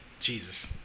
Jesus